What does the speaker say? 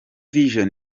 vision